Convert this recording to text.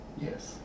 Yes